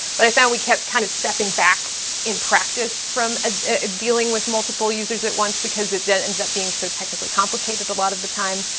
but i found we kept kind of stepping back in practice from ah dealing with multiple users at once because it ended up being so technically complicated a lot of the time.